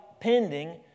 pending